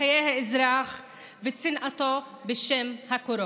לחיי האזרח וצנעתו, בשם הקורונה.